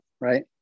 right